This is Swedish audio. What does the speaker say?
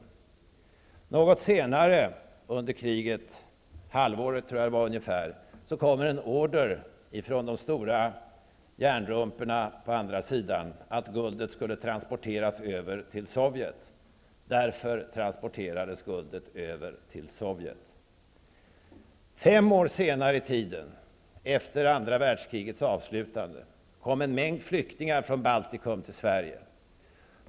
Ett halvår senare under kriget kom en order från de stora järnrumporna på andra sidan att guldet skulle transporteras över till Sovjet. Därför transporterades guldet över till Sovjet. Fem år senare i tiden, efter andra världskrigets slut, kom en mängd flyktingar från Baltikum till Sverige.